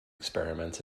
experiments